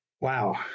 Wow